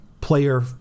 player